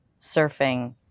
surfing